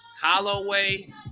Holloway